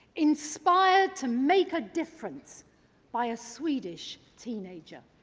inspired to make a difference by a swedish teenager.